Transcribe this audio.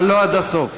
אבל לא עד הסוף.